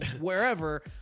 wherever